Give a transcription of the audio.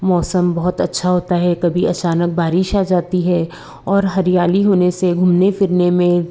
मौसम बहुत अच्छा होता है कभी अचानक बारिश आ जाती है और हरियाली होने से घूमने फिरने में